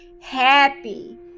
happy